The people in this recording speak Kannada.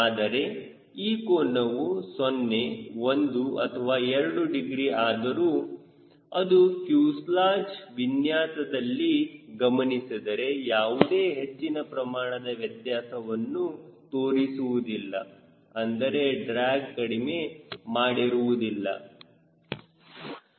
ಆದರೆ ಈ ಕೋನವು 0 1 ಅಥವಾ 2 ಡಿಗ್ರಿ ಆದರೂ ಅದು ಫ್ಯೂಸೆಲಾಜ್ ವಿನ್ಯಾಸದಲ್ಲಿ ಗಮನಿಸಿದರೆ ಯಾವುದೇ ಹೆಚ್ಚಿನ ಪ್ರಮಾಣದ ವ್ಯತ್ಯಾಸವನ್ನು ತೋರಿಸುವುದಿಲ್ಲ ಅಂದರೆ ಡ್ರಾಗ್ ಕಡಿಮೆ ಮಾಡುವುದರಲ್ಲಿ